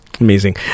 Amazing